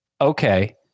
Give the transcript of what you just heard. okay